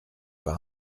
par